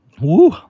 Woo